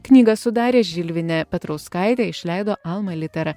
knygą sudarė žilvinė petrauskaitė išleido alma litera